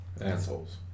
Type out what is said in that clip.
assholes